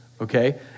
okay